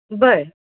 बरं